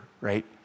right